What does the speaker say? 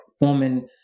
woman